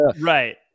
Right